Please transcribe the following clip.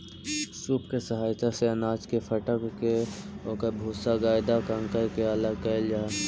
सूप के सहायता से अनाज के फटक के ओकर भूसा, गर्दा, कंकड़ के अलग कईल जा हई